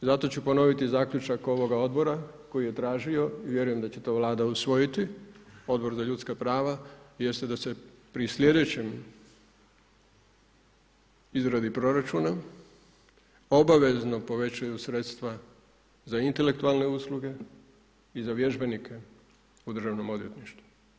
Zato ću ponoviti zaključak ovoga odbora koji je tražio i vjerujem da će to Vlada usvojiti, Odbor za ljudska prava jest da se pri sljedećem izradi proračuna obavezno povećaju sredstva za intelektualne usluge i za vježbenike u državnom odvjetništvu.